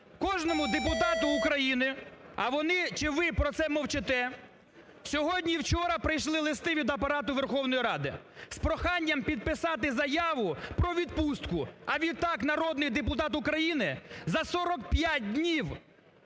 Кожному депутату України, а вони чи ви про це мовчите, сьогодні і вчора прийшли листи від Апарату Верховної Ради з проханням підписати заяву про відпустку, а відтак народний депутат України за 45 днів